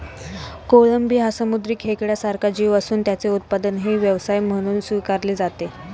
कोळंबी हा समुद्री खेकड्यासारखा जीव असून त्याचे उत्पादनही व्यवसाय म्हणून स्वीकारले जाते